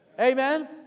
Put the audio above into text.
Amen